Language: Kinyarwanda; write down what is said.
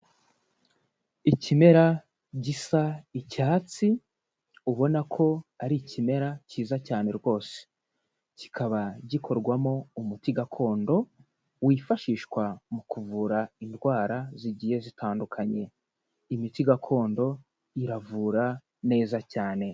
Ikimera gisa icyatsi ubona ko ari ikimera cyiza cyane rwose, kikaba gikorwamo umuti gakondo wifashishwa mu kuvura indwara zigiye zitandukanye, imiti gakondo iravura neza cyane.